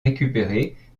récupérés